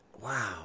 Wow